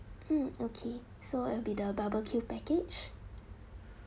mm okay so it will be the barbecue package